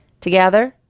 Together